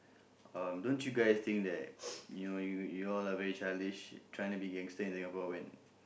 um don't you guys think that you know you you all are very childish trying to be gangster in Singapore when